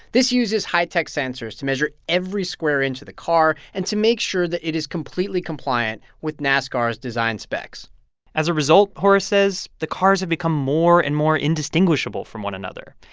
this uses high-tech sensors to measure every square inch of the car and to make sure that it is completely compliant with nascar's design specs as a result, horace says, the cars have become more and more indistinguishable from one another,